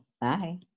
Bye